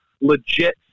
legit